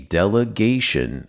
delegation